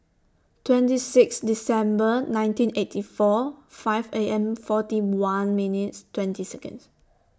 twenty six December nineteen eighty four five A M forty one minutes twenty Second